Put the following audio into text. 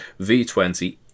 v20